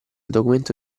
documento